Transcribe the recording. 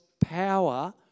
power